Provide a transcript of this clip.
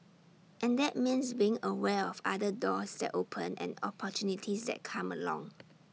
and that means being aware of other doors that open and opportunities that come along